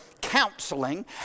counseling